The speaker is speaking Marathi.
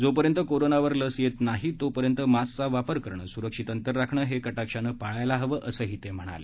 जोपर्यंत कोरोनावर लस येत नाही तोपर्यंत मास्कचा वापर करणं सुरक्षित अंतर राखणं हे कटाक्षानं पाळायला हवं असंही ते म्हणाले